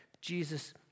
Jesus